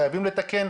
חייבים לתקן.